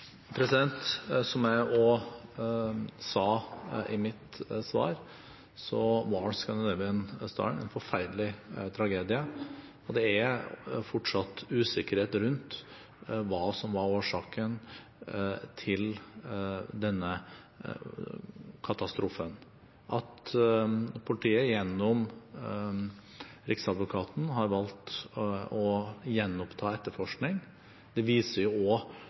Som jeg også sa i mitt svar, var «Scandinavian Star»-ulykken en forferdelig tragedie, og det er fortsatt usikkerhet rundt hva som var årsaken til denne katastrofen. At politiet gjennom Riksadvokaten har valgt å gjenoppta etterforskning, viser også graden av alvor, og